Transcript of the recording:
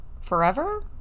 forever